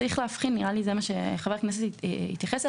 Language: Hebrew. צריך להבחין בין השאלה של הרישוי,